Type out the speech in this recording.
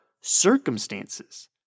circumstances